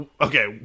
Okay